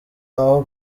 aho